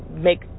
make